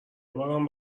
بارم